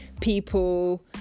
people